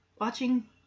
watching